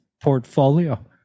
portfolio